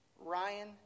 Ryan